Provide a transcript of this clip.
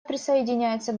присоединяется